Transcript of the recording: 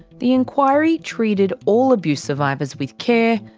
the inquiry treated all abuse survivors with care,